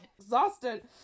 Exhausted